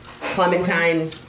Clementine